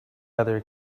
other